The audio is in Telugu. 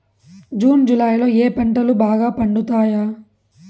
జూన్ జులై లో ఏ పంటలు బాగా పండుతాయా?